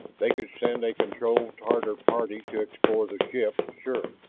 they could send a controlled tatar party to explore the ship, sure.